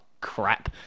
crap